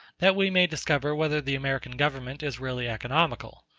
that we may discover whether the american government is really economical.